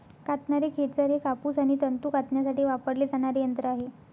कातणारे खेचर हे कापूस आणि तंतू कातण्यासाठी वापरले जाणारे यंत्र आहे